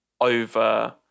over